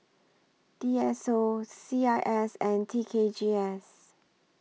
D S O C I S and T K G S